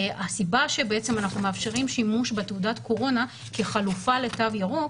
הסיבה שבעצם אנחנו מאפשרים שימוש בתעודת קורונה כחלופה לתו ירוק,